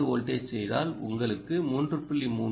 2 வோல்ட்ஐ செய்தால் உங்களுக்கு 3